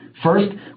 First